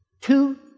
Two